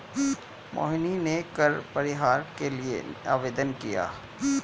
मोहिनी ने कर परिहार के लिए आवेदन किया